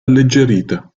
alleggerita